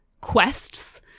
quests